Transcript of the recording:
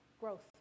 Growth